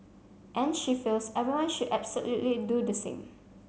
and she feels everyone should absolutely do the same